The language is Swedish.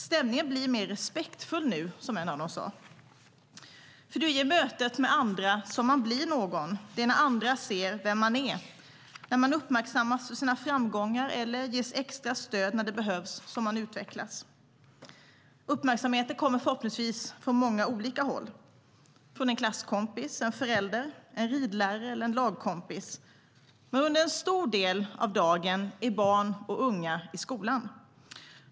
Stämningen blir mer respektfull nu, som en av dem sa. Uppmärksamheten kommer förhoppningsvis från många olika håll. Från en klasskompis, en förälder, en ridlärare eller en lagkompis. Men under en stor del av dagen är barn och unga i skolan.